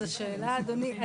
אז השאלה אדוני,